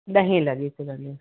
ॾहे लॻे सुबुह जो